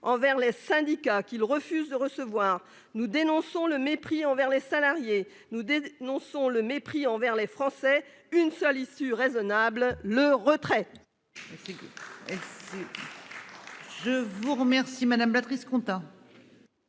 envers les syndicats qu'il refuse de recevoir, nous dénonçons le mépris envers les salariés, nous dénonçons le mépris envers les Français. Une seule issue raisonnable le retrait.